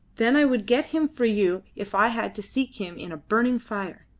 then i would get him for you if i had to seek him in a burning fire,